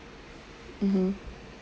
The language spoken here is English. mmhmm